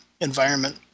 environment